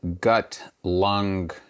gut-lung